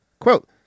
Quote